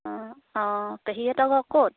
অঁ অঁ পেঁহীহঁতৰ ক'ত